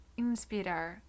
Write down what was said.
Inspirar